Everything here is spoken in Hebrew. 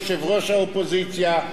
יושב-ראש האופוזיציה,